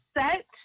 set